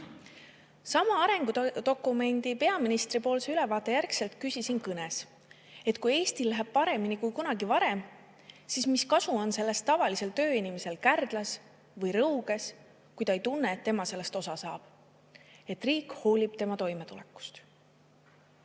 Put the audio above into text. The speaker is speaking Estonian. samast arengudokumendist tegi ülevaate peaminister, siis ma küsisin kõnes, et kui Eestil läheb paremini kui kunagi varem, siis mis kasu on sellest tavalisel tööinimesel Kärdlas või Rõuges, kui ta ei tunne, et tema sellest osa saab ja et riik hoolib tema toimetulekust.